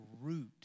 root